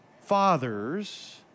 fathers